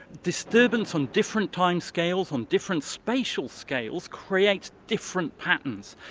disturbance on different timescales, on different spatial scales, creates different patterns.